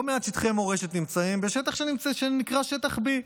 לא מעט שטחי מורשת נמצאים בשטח שנקרא שטח B,